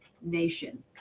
nation